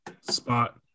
spot